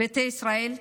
ביתא ישראל,